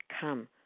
come